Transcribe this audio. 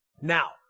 Now